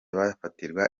bafatirwa